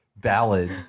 ballad